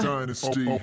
Dynasty